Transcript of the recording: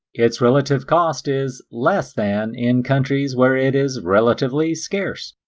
its relative cost is less than in countries where it is relatively scarce.